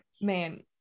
man